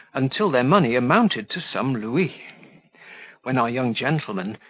until their money amounted to some louis when our young gentleman,